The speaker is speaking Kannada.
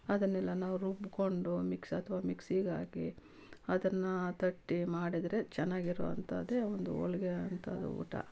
ಅದನ್ನೆಲ್ಲ ನಾವು ರುಬ್ಕೊಂಡು ಮಿಕ್ಸ್ ಅಥ್ವಾ ಮಿಕ್ಸಿಗೆ ಹಾಕಿ ಅದನ್ನ ತಟ್ಟಿ ಮಾಡಿದರೆ ಚೆನ್ನಾಗಿರುವಂತಾದೆ ಒಂದು ಹೋಳ್ಗೆ ಅಂಥದ್ ಊಟ